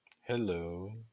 Hello